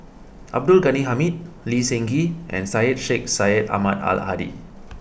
Abdul Ghani Hamid Lee Seng Gee and Syed Sheikh Syed Ahmad Al Hadi